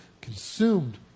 consumed